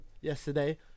yesterday